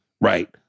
right